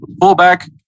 fullback